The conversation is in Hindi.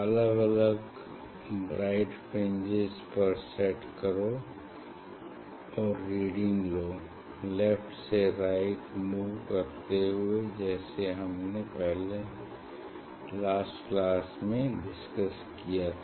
अलग अलग ब्राइट फ्रिंजेस पर सेट करो और रीडिंग लो लेफ्ट से राइट मूव करते हुए जैसे हमने लास्ट क्लास में डिस्कस किया था